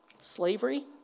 slavery